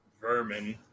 vermin